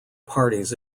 parties